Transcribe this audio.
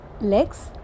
legs